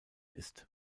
ist